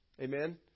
Amen